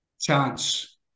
chance